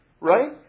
right